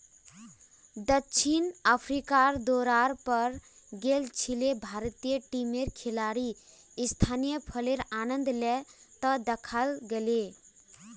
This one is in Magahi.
दक्षिण अफ्रीकार दौरार पर गेल छिले भारतीय टीमेर खिलाड़ी स्थानीय फलेर आनंद ले त दखाल गेले